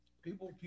people